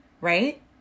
right